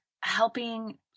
helping